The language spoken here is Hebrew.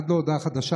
עד להודעה חדשה,